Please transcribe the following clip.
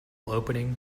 opening